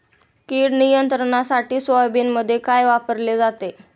कीड नियंत्रणासाठी सोयाबीनमध्ये काय वापरले जाते?